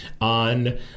on